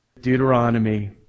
Deuteronomy